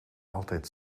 altijd